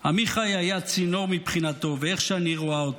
עמיחי היה צינור מבחינתו ואיך שאני רואה אותו.